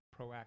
proactive